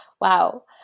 wow